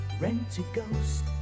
Rent-A-Ghost